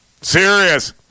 Serious